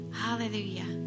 hallelujah